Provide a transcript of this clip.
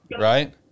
right